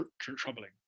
troubling